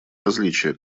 различия